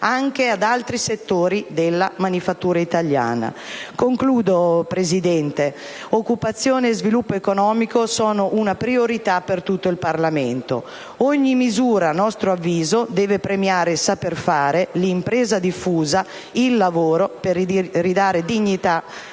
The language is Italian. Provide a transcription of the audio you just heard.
anche ad altri settori della manifattura italiana. Occupazione e sviluppo economico sono una priorità per tutto il Parlamento. Ogni misura, a nostro avviso, deve premiare il saper fare, l'impresa diffusa e il lavoro, per ridare dignità